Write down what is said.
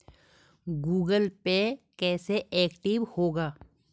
Google Pay कैसे active होगा?